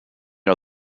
are